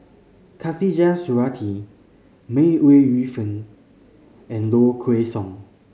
Khatijah Surattee May Ooi Yu Fen and Low Kway Song